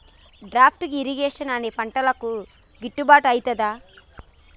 Drip irrigation అన్ని పంటలకు గిట్టుబాటు ఐతదా?